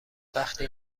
وقتی